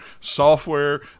software